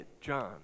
John